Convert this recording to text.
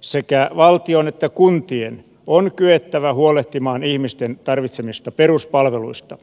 sekä valtion että kuntien on kyettävä huolehtimaan ihmisten tarvitsemista peruspalveluista